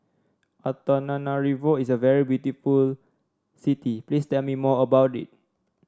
Antananarivo is a very beautiful city please tell me more about it